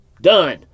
done